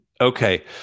Okay